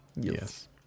yes